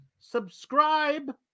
Subscribe